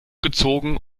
gezogen